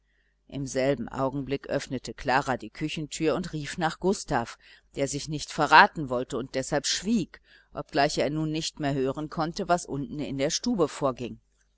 im selben augenblick öffnete klara die küchentür und rief nach gustav der sich nicht verraten wollte und deshalb schwieg obgleich er nun nicht mehr hören konnte was unten in der stube vorging